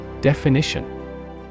Definition